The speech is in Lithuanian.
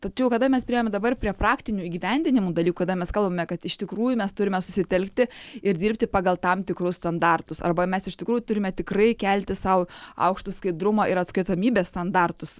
tačiau kada mes priėjome dabar prie praktinių įgyvendinimų dalykų kada mes kalbame kad iš tikrųjų mes turime susitelkti ir dirbti pagal tam tikrus standartus arba mes iš tikrųjų turime tikrai kelti sau aukštus skaidrumo ir atskaitomybės standartus